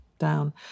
down